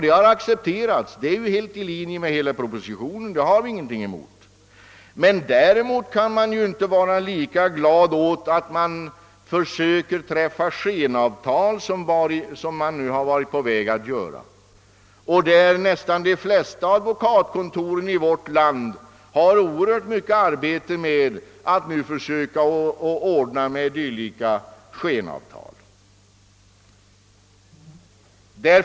Det har accepterats — det är helt i linje med hela propositionen. Däremot kan man inte vara lika glad över de skenavtal som varit på väg att upprättas. De flesta advokatkontor i vårt land har oerhört mycket arbete med att nu försöka ordna dylika skenavtal.